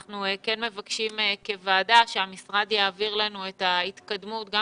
אנחנו כן מבקשים כוועדה שהמשרד יעביר לנו את ההתקדמות גם